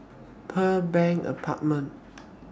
Pearl Bank Apartment